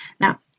Now